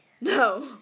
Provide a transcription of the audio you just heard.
No